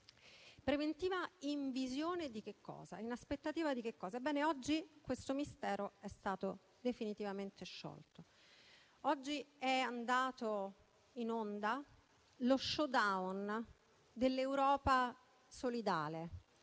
aspettativa di che cosa? Ebbene, oggi questo mistero è stato definitivamente sciolto. Oggi è andato in onda lo *showdown* dell'Europa solidale,